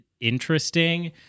interesting